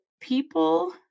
people